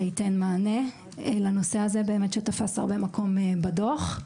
ייתן מענה לנושא הזה שתפס הרבה מקום בדוח.